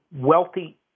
wealthy